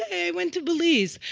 i went to belize.